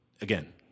again